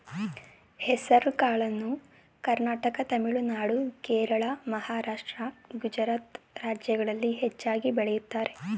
ಹೆಸರುಕಾಳನ್ನು ಕರ್ನಾಟಕ ತಮಿಳುನಾಡು, ಕೇರಳ, ಮಹಾರಾಷ್ಟ್ರ, ಗುಜರಾತ್ ರಾಜ್ಯಗಳಲ್ಲಿ ಹೆಚ್ಚಾಗಿ ಬೆಳಿತರೆ